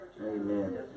Amen